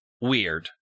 weird